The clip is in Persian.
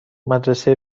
مدرسه